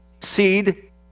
seed